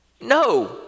No